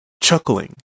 Chuckling